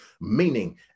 meaning